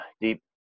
deep